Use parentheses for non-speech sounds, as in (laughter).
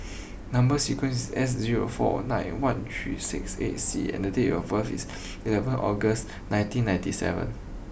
(noise) number sequence is S zero four nine one three six eight C and date of birth is eleven August nineteen ninety seven